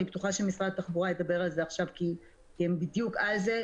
אני בטוחה שמשרד התחבורה ידבר על זה עכשיו כי הם בדיוק על זה,